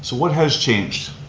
so what has changed?